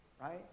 right